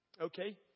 okay